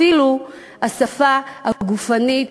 אפילו בשפה הגופנית,